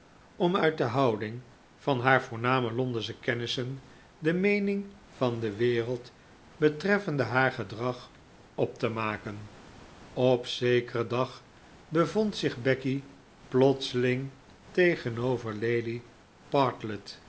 om uit de houding van haar voorname londensche kennissen de meening van de wereld betreffende haar gedrag op te maken op zekeren dag bevond zich becky plotseling tegenover lady partlet en